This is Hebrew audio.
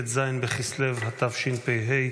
ט"ז בכסלו התשפ"ה,